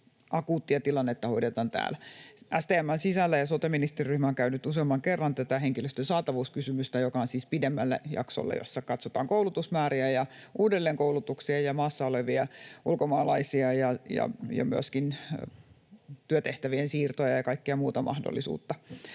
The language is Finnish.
akuuttia tilannetta hoidetaan täällä STM:n sisällä. Ja sote-ministeriryhmä on käynyt läpi useamman kerran tätä henkilöstön saatavuuskysymystä, joka on siis pidemmälle jaksolle, jossa katsotaan koulutusmääriä ja uudelleenkoulutuksia ja maassa olevia ulkomaalaisia ja myöskin työtehtävien siirtoja ja kaikkea muuta mahdollisuutta.